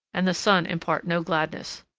and the sun impart no gladness.